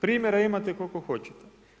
Primjera imate koliko hoćete.